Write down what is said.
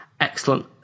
Excellent